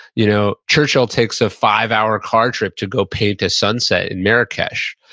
you know churchill takes a five-hour car trip to go paint a sunset in marrakech.